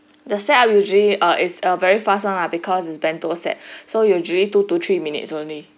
the set are usually err is a very fast [one] lah because it's bento set so usually two to three minutes only